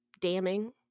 damning